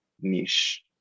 niche